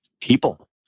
people